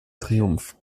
triumph